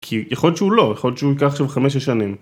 כי יכול להיות שהוא לא, יכול להיות שהוא ייקח עכשיו 5-6 שנים.